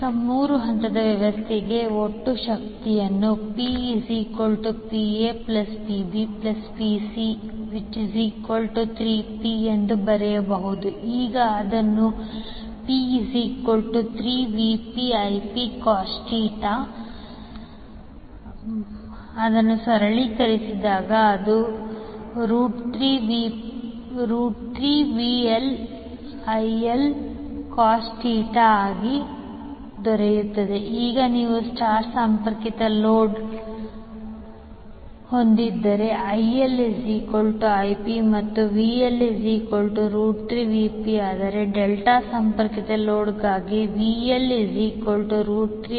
ಈಗ ಮೂರು ಹಂತದ ವ್ಯವಸ್ಥೆಗೆ ಒಟ್ಟು ಶಕ್ತಿ PPaPbPc3Pp3VpIp 3VLIL ಈಗ ನೀವು ಸ್ಟಾರ್ ಸಂಪರ್ಕಿತ ಲೋಡ್ ಹೊಂದಿದ್ದರೆ ILIp ಮತ್ತು VL3Vp ಆದರೆ ಡೆಲ್ಟಾ ಸಂಪರ್ಕಿತ ಲೋಡ್ಗಾಗಿ VL3Vp ಮತ್ತು VLVp